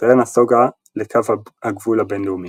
ישראל נסוגה לקו הגבול הבינלאומי.